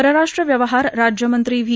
परराष्ट्र व्यवहार राज्यमंत्री व्ही